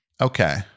Okay